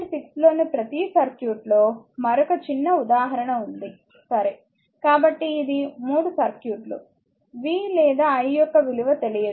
6 లోని ప్రతి సర్క్యూట్లో మరొక చిన్న ఉదాహరణ ఉంది సరే కాబట్టి ఇది 3 సర్క్యూట్లు v లేదా i యొక్క విలువ తెలియదు